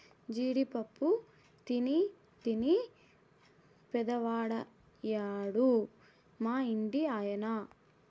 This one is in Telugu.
జీడి పప్పు తినీ తినీ పెద్దవాడయ్యాడు మా ఇంటి ఆయన